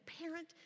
parent